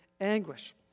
anguish